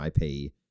IP